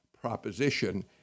proposition